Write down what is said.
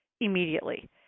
immediately